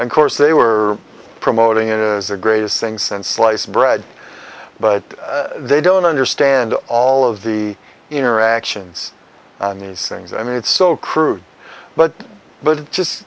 today of course they were promoting it is the greatest thing since sliced bread but they don't understand all of the interactions and these things i mean it's so crude but but it just